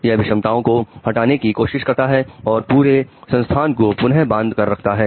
यह विषमताओं को हटाने की कोशिश करता है और पूरे संस्थान को पुनः बांध कर रखता है